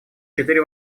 четыре